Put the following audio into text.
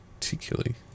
particularly